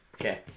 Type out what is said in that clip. Okay